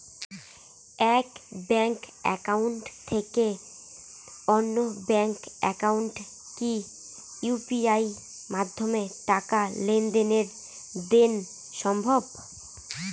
এক bank account থেকে অন্য ব্যাংক একাউন্টে কি ইউ.পি.আই মাধ্যমে টাকার লেনদেন দেন সম্ভব?